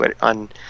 on